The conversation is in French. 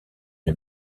une